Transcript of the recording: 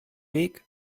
weg